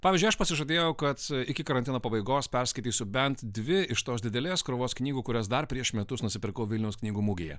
pavyzdžiui aš pasižadėjau kad iki karantino pabaigos perskaitysiu bent dvi iš tos didelės krūvos knygų kurias dar prieš metus nusipirkau vilniaus knygų mugėje